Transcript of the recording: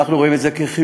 אנחנו רואים את זה כחיובי,